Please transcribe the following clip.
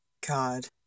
God